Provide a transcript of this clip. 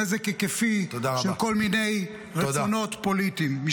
נזק היקפי של כל מיני רצונות פוליטיים.